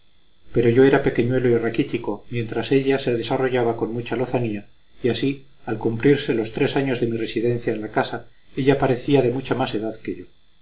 pero yo era pequeñuelo y raquítico mientras ella se desarrollaba con mucha lozanía y así al cumplirse los tres años de mi residencia en la casa ella parecía de mucha más edad que yo